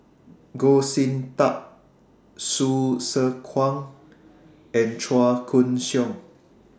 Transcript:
Goh Sin Tub Hsu Tse Kwang and Chua Koon Siong